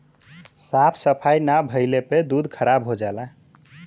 साफ सफाई ना भइले पे दूध खराब हो जाला